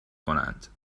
کنند